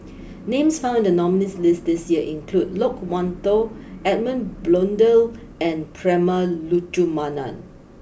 names found in the nominees' list this year include Loke Wan Tho Edmund Blundell and Prema Letchumanan